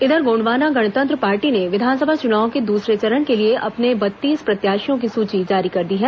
इधर गोंडवाना गणतंत्र पार्टी ने विधानसभा चुनाव के दूसरे चरण के लिए अपने बत्तीस प्रत्याशियों की सूची जारी कर दी है